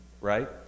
right